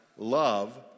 love